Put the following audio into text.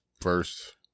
first